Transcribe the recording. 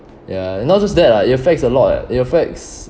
ya not just that lah it affects a lot eh it affects